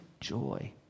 joy